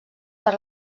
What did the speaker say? per